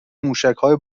موشکهای